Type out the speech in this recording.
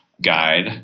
guide